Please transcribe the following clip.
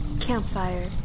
Campfire